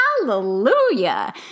hallelujah